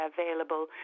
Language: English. available